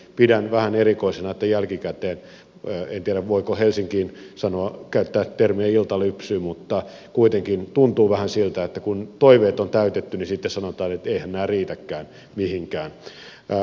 pidän vähän erikoisena että jälkikäteen en tiedä voiko helsinkiin käyttää termiä iltalypsy mutta kuitenkin tuntuu vähän siltä kun toiveet on täytetty sanotaan että eiväthän nämä riitäkään mihinkään